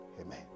Amen